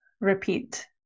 Repeat